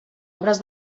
obres